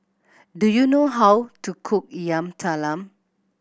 do you know how to cook Yam Talam